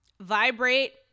vibrate